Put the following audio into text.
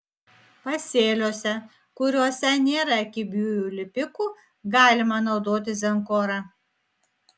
pasėliuose kuriuose nėra kibiųjų lipikų galima naudoti zenkorą